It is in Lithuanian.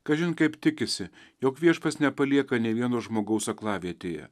kažin kaip tikisi jog viešpats nepalieka nė vieno žmogaus aklavietėje